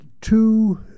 two